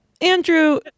Andrew